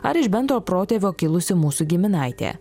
ar iš bendro protėvio kilusi mūsų giminaitė